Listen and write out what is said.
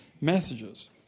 messages